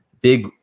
big